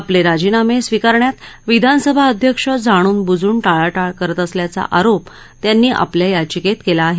आपले राजीनामे स्वीकारण्यात विधानसभा अध्यक्ष जाणूनबुजून टाळाटाळ करत असल्याचा आरोप त्यांनी आपल्या याचिकेत केला आहे